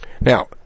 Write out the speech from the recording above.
Now